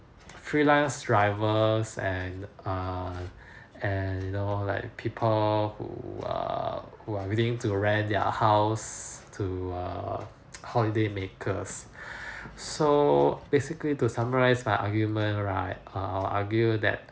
freelance drivers and err and you know like people who err who are willing to rent their house to err holidaymakers so basically to summarise my argument right uh I will argue that